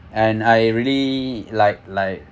and I really like like